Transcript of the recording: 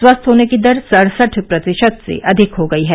स्वस्थ होने की दर सड़सठ प्रतिशत से अधिक हो गई है